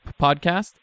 Podcast